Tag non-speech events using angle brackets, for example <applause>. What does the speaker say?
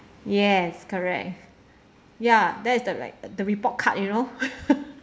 yes correct ya that is the like the report card you know <laughs>